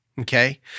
Okay